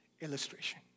illustration